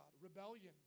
rebellion